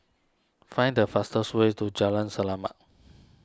find the fastest way to Jalan Selamat